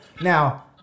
now